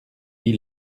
dis